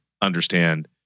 understand